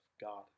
god